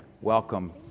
Welcome